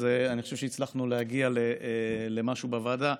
אז אני חושב שהצלחנו להגיע למשהו בוועדה,